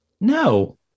No